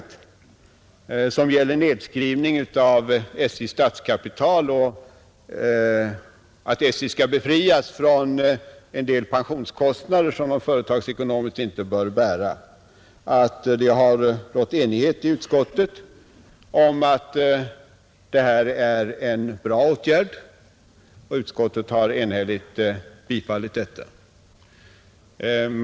Det betänkandet gäller nedskrivning av SJ: statskapital och befrielse från en del pensionskostnader som SJ företagsekonomiskt inte bör bära, Det har rått enighet i utskottet om att detta är en bra åtgärd, och utskottet har enhälligt tillstyrkt det.